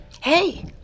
Hey